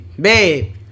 babe